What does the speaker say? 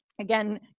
again